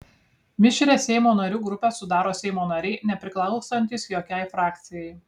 mišrią seimo narių grupę sudaro seimo nariai nepriklausantys jokiai frakcijai